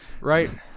Right